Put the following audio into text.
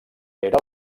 era